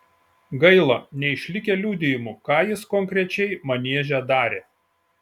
gaila neišlikę liudijimų ką jis konkrečiai manieže darė